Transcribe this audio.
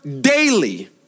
daily